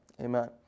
Amen